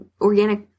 organic